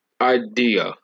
idea